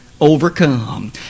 overcome